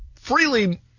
freely